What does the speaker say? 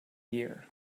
year